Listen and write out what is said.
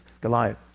Goliath